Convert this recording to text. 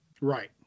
Right